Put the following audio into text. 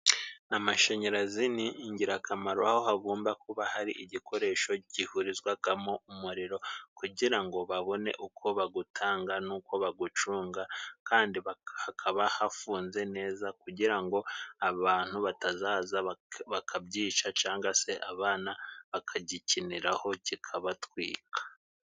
Amashanyarazi ni ingirakamaro aho hagomba kuba hari igikoresho gihurizwagamo umuriro kugira ngo babone uko bagutanga n'uko bagucunga kandi baka hakaba hafunze neza kugira ngo abantu batazaza baka bakabyica canga se abana bakagikiniraho kikabatwika.